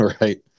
right